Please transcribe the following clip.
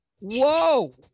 whoa